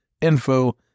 info